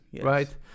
right